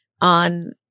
on